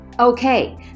Okay